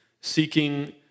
seeking